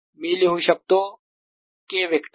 मी लिहू शकतो K vector